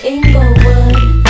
Inglewood